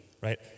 right